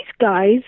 guys